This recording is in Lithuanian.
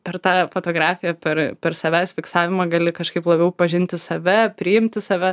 per tą fotografiją per per savęs fiksavimą gali kažkaip labiau pažinti save priimti save